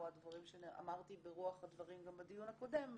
אלה דברים שאמרתי ברוח הדברים גם בדיון הקודם,